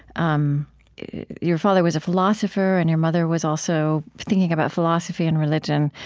um your father was a philosopher, and your mother was also thinking about philosophy and religion.